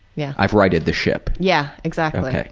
yeah. i've righted the ship. yeah. exactly.